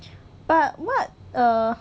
but what err